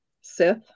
Sith